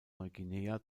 neuguinea